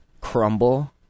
crumble